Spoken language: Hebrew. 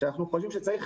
שאנחנו חושבים שצריך